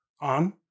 on